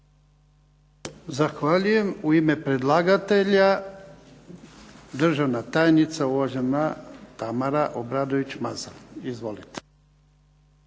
Zahvaljujem. U ime predlagatelja, državna tajnica, uvažena Tamara Obradović Mazal. Izvolite.